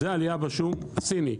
זו עלייה בשום הסיני.